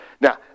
Now